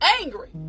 angry